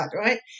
right